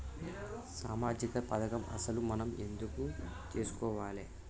సామాజిక పథకం అసలు మనం ఎందుకు చేస్కోవాలే?